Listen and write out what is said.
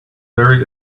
very